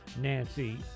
nancy